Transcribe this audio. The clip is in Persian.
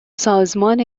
سازمان